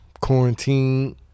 Quarantine